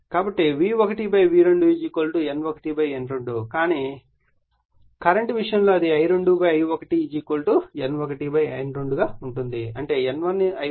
కాబట్టి V1 V2 N1 N2 గా కానీ లేదా కరెంట్ విషయంలో అది I2 I1 N1 N2 గా వ్రాయవచ్చు అంటే N1 I1 N2 I2